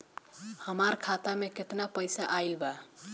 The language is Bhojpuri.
हमार खाता मे केतना पईसा आइल बा?